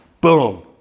Boom